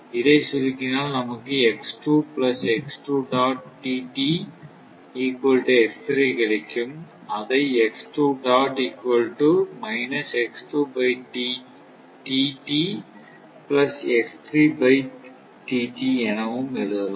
இதை சுருக்கினால் நமக்கு கிடைக்கும் அதை எனவும் எழுதலாம்